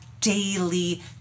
daily